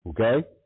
Okay